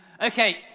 Okay